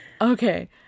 okay